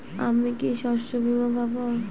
আমি কি শষ্যবীমা পাব?